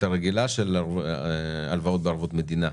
התכנית גדולה של הלוואות בערבות מדינה,